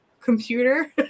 computer